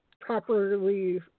properly